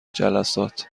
جلسات